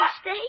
stay